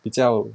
比较